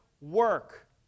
work